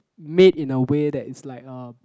made in a way that is like um